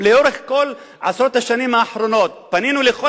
לאורך כל עשרות השנים האחרונות פנינו לכל